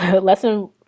lesson